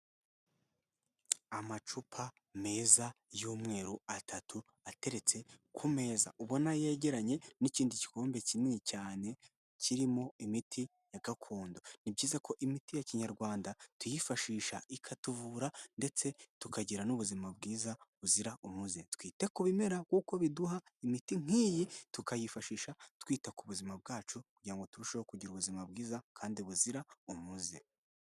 Amacupa meza y'umweru atatu ateretse ku meza, ubona yegeranye n'ikindi gikombe kinini cyane kirimo imiti ya gakondo. Ni byiza ko imiti ya kinyarwanda tuyifashisha ikatuvura ndetse tukagira n'ubuzima bwiza buzira umuze. Twita ku bimera kuko biduha imiti nk'iyi tukayifashisha twita ku buzima bwacu kugira turusheho kugira ubuzima bwiza kandi buzira umuze.